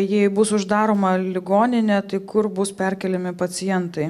jei bus uždaroma ligoninė tai kur bus perkeliami pacientai